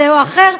זה או אחר,